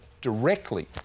directly